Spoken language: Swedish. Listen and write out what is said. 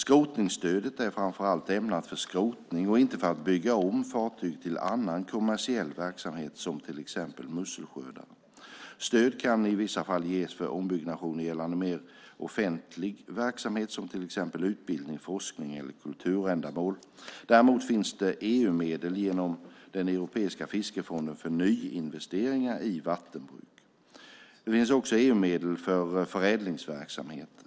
Skrotningsstödet är framför allt ämnat för skrotning och inte för att bygga om fartygen till annan kommersiell verksamhet som till exempel musselskördare. Stöd kan i vissa fall ges för ombyggnationer gällande mer offentlig verksamhet som till exempel utbildning, forskning eller kulturändamål. Däremot finns det EU-medel genom Europeiska fiskerifonden för nyinvesteringar i vattenbruk. Det finns också EU-medel för förädlingsverksamhet.